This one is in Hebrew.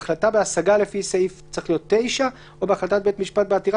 אותו" -- בהחלטה בהשגה לפי סעיף 19 ---- או בהחלטת בית משפט בעתירה